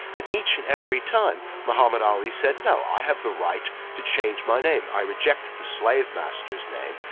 and each and every time, muhammad ali said, no, i have the right to change my name. i reject the slave master's name.